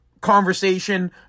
conversation